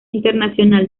international